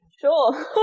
sure